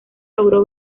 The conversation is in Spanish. logró